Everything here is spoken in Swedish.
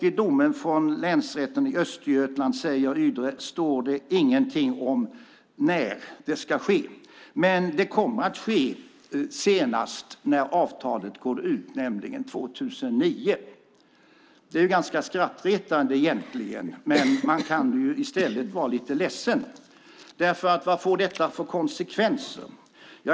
I domen från Länsrätten i Östergötland står det ingenting om när det ska ske, säger man i Ydre kommun, men det kommer att ske senast när avtalet går ut, nämligen 2009. Det är ganska skrattretande egentligen, men man kan i stället vara lite ledsen. Vad får detta för konsekvenser?